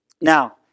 Now